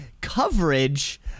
coverage